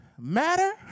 matter